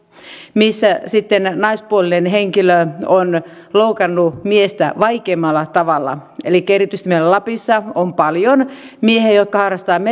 missä sitten naispuolinen henkilö on loukannut miestä vaikeimmalla tavalla erityisesti meillä lapissa on paljon miehiä jotka harrastavat